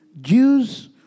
Jews